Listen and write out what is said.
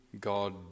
God